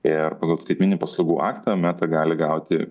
ir pagal skaitmeninį paslaugų aktą meta gali gauti